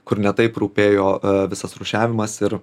kur ne taip rūpėjo visas rūšiavimas ir